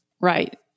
Right